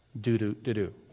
Do-do-do-do